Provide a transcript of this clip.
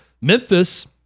Memphis